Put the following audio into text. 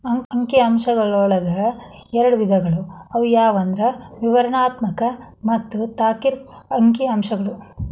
ಅಂಕಿ ಅಂಶಗಳೊಳಗ ಎರಡ್ ವಿಧಗಳು ಅವು ಯಾವಂದ್ರ ವಿವರಣಾತ್ಮಕ ಮತ್ತ ತಾರ್ಕಿಕ ಅಂಕಿಅಂಶಗಳು